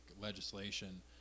legislation